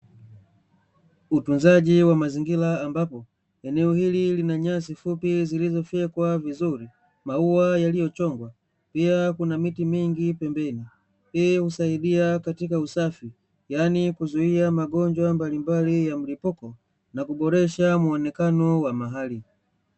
Utunzaji wa mazingira, ambapo eneo hili lina nyasi fupi zilizofyekwa vizuri, maua yaliyochongwa pia kuna miti mingi pembeni. Hii husaidia katika usafi, yaani kuzuia magonjwa mbalimbali ya mlipuko na kuboresha muonekano wa mahali.